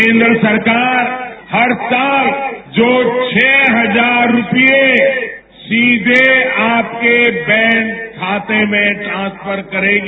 केंद्र सरकार हर साल जो छह हजार रुपये सीधे आपके बैंक खाते में ट्रांसफर करेगी